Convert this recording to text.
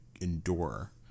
endure